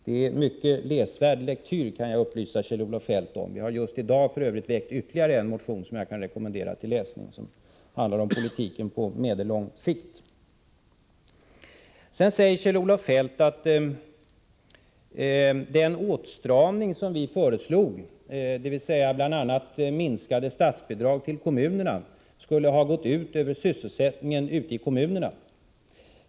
Jag kan upplysa Kjell-Olof Feldt om att detta är en mycket läsvärd lektyr. Vi har f.ö. i dag väckt ytterligare en motion, som jag kan rekommendera till läsning och som handlar om politiken på medellång sikt. Kjell-Olof Feldt säger vidare att den åtstramning som vi föreslog, innebärande bl.a. minskning av statsbidragen till motionerna, skulle ha gått ut över den kommunala sysselsättningen.